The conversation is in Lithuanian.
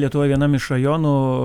lietuvoj vienam iš rajonų